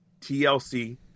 TLC